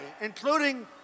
including